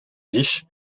biche